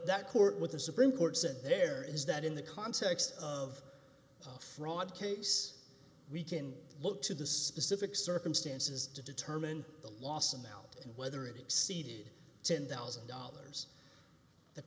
that court with the supreme court said there is that in the context of fraud case we can look to the specific circumstances to determine the loss of melt and whether it exceeded ten thousand dollars the